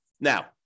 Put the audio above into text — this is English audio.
Now